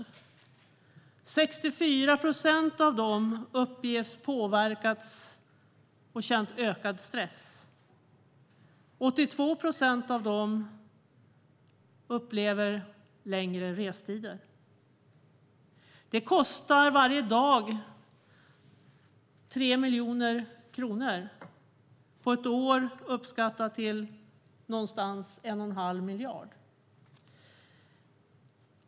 Av dessa uppger 64 procent att de har påverkats och känt ökad stress, och 82 procent uppger att de har fått längre restider. Varje dag kostar detta 3 miljoner kronor. Kostnaderna under ett år uppskattas till ungefär 1 1⁄2 miljard.